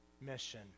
mission